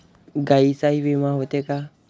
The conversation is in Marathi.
गायींचाही विमा होते का?